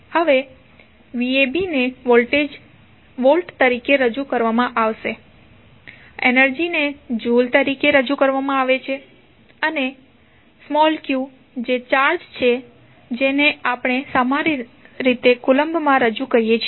હવે vabને વોલ્ટ તરીકે રજૂ કરવામાં આવે છે એનર્જી ને જુલ તરીકે રજૂ કરવામાં આવે છે અને q જે ચાર્જ છે જેને આપણે સામાન્ય રીતે કૂલમ્બમાં રજૂ કરીએ છીએ